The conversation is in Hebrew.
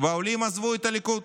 והעולים עזבו את הליכוד.